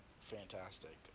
fantastic